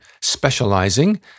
specializing